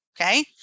okay